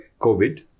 COVID